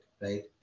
right